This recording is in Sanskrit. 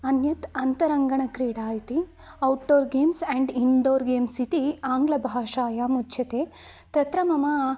अन्यत् अन्तरङ्गणक्रीडा इति outdoor games and indoor games इति आङ्ग्लभाषायाम् उच्यते तत्र मम